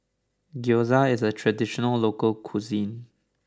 Gyoza is a traditional local cuisine